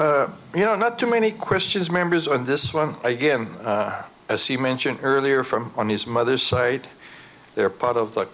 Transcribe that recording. that you know not too many questions members on this one again as he mentioned earlier from on his mother's side they are part of the